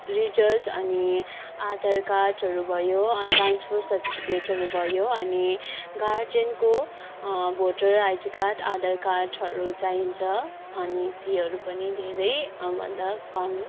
result अनि आधार कार्डहरू भयो अनि ट्रान्सफर सर्टिफिकेटहरू भयो अनि गार्जेनको भोटर आइडी कार्ड आधार कार्डहरू चाहिन्छ अनि फीहरू पनि धेरै भन्दा कम